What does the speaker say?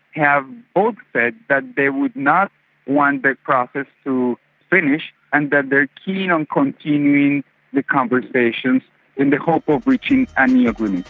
have both said that they would not want the process to finish and that they are keen on continuing the conversation in the hope of reaching a new agreement.